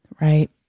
Right